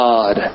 God